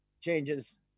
changes